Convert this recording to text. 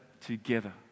together